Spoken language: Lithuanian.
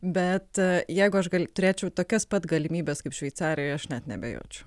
bet jeigu aš gal turėčiau tokias pat galimybes kaip šveicarijoje aš net neabejočiau